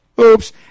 Oops